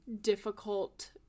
difficult